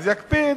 יקפיד,